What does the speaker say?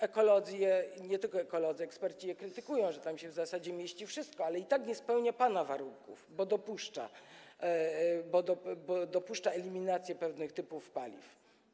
Ekolodzy, nie tylko ekolodzy, bo i eksperci je krytykują, że tam się w zasadzie mieści wszystko, ale i tak nie spełnia pana warunków, bo dopuszcza eliminację pewnych typów paliw.